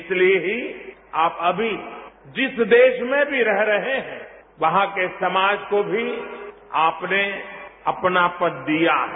इसलिए ही आप अभी जिस देश में भी रह रहे हैं वहां के समाज को भी आपने अपनापन दिया है